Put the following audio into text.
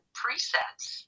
presets